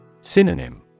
Synonym